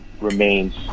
remains